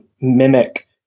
mimic